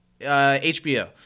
HBO